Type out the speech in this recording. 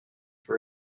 for